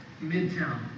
Midtown